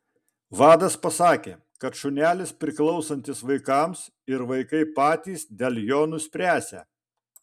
vadas pasakė kad šunelis priklausantis vaikams ir vaikai patys dėl jo nuspręsią